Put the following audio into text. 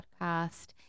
podcast